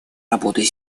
работы